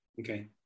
okay